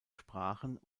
sprachen